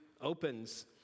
opens